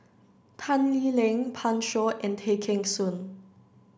Tan Lee Leng Pan Shou and Tay Kheng Soon